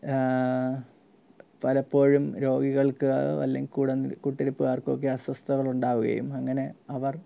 പലപ്പോഴും രോഗികൾക്ക് അല്ലെങ്കില് കൂടെ കൂട്ടിരിപ്പുകാർക്കൊക്കെ അസ്വസ്ഥതകൾ ഉണ്ടാവുകയും അങ്ങനെ അവർ